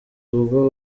ubwo